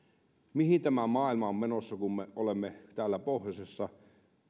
mihin tämä maailma on menossa kun me olemme täällä pohjoisessa